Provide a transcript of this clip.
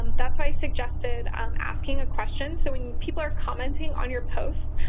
um that's why i suggested. i'm asking a question. so when people are commenting on your posts,